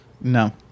No